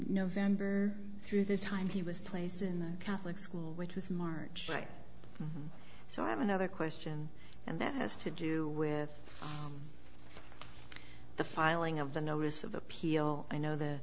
november through the time he was placed in the catholic school which was march right so i have another question and that has to do with the filing of the notice of appeal i know the